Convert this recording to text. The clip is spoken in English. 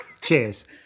cheers